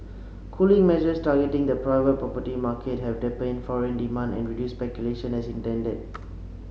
cooling measures targeting the private property market have dampened foreign demand and reduced speculation as intended